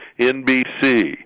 NBC